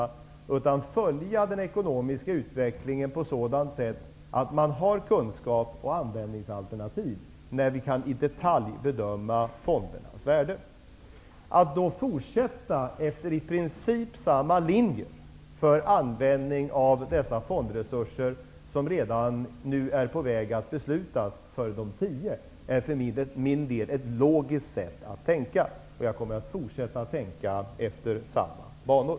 Man måste följa den ekonomiska utvecklingen på sådant sätt att man har kunskap och användningsalternativ den dag vi i detalj kan bedöma fondernas värde. Att fortsätta efter i princip samma linje för användning av dessa fondresurser som nu redan är på väg att beslutas för de tio, är för min del ett logiskt sätt att tänka. Jag kommer att fortsätta tänka i samma banor.